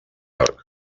york